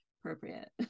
Appropriate